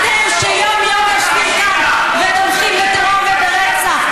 אתם, שיום-יום יושבים כאן ותומכים בטרור וברצח.